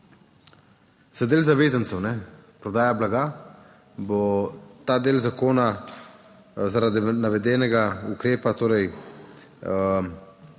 za del zavezancev ne prodaja blaga, bo ta del zakona zaradi navedenega ukrepa torej